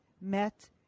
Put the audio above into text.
met